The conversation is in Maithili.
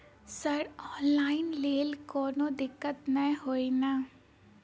सर ऑनलाइन लैल कोनो दिक्कत न ई नै?